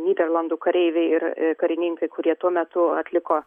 nyderlandų kareiviai ir karininkai kurie tuo metu atliko